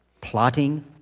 plotting